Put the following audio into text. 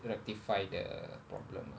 rectify the problem